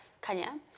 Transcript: Kanya